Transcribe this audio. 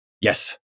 Yes